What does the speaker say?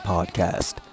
Podcast